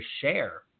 share